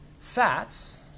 fats